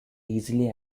easily